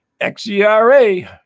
XERA